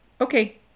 okay